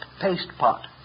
paste-pot